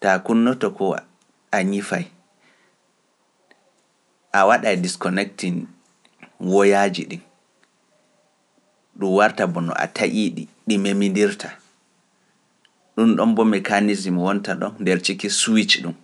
taa kunnoto ko a ñifaay, a waɗa e disconnecting woyaaji ɗi, ɗum warta boo no a taƴii ɗi, ɗi memindirta, ɗum ɗon boo mekaanisima wonta ɗon nder ceki suuɗe ɗum.